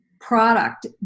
product